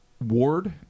Ward